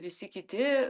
visi kiti